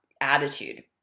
attitude